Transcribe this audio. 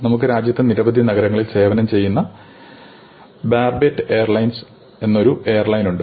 നമുക്ക് രാജ്യത്തെ നിരവധി നഗരങ്ങളിൽ സേവനം ചെയ്യുന്ന ബാർബെറ്റ് എയർലൈൻസ് എന്ന ഒരു എയർലൈൻ ഉണ്ട്